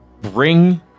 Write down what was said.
bring